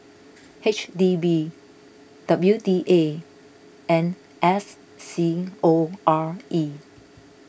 H D B W D A and S C O R E